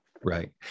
Right